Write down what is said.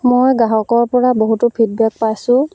মই গ্ৰাহকৰপৰা বহুতো ফিডবেক পাইছোঁ